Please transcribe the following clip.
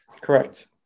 Correct